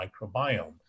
microbiome